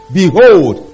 behold